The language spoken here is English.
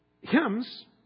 hymns